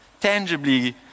tangibly